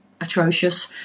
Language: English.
atrocious